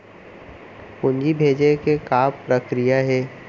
पूंजी भेजे के का प्रक्रिया हे?